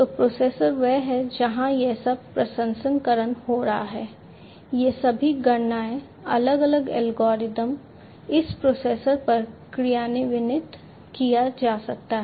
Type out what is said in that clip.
तो प्रोसेसर वह है जहां यह सब प्रसंस्करण हो रहा है ये सभी गणनाएँ अलग अलग एल्गोरिदम इस प्रोसेसर पर क्रियान्वित किया जा सकता है